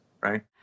right